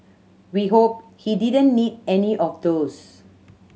we hope he didn't need any of those